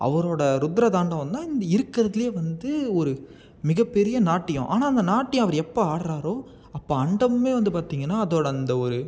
அவரோட ருத்ரதாண்டவம்தான் இங்கே இருக்கிறதுலே வந்து ஒரு மிகப்பெரிய நாட்டியம் ஆனால் அந்த நாட்டியம் அவர் எப்போ ஆடுறாரோ அப்போ அண்டமும் வந்து பார்த்திங்கனா அதோட அந்த ஒரு